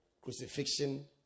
crucifixion